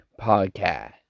podcast